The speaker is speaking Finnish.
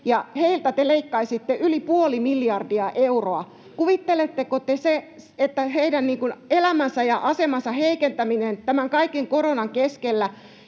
heiltä te leikkaisitte yli 0,5 miljardia euroa. Kuvitteletteko te, että heidän elämänsä ja asemansa heikentäminen tämän kaiken koronan keskellä